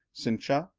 cincha,